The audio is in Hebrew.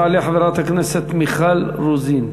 תעלה חברת הכנסת מיכל רוזין.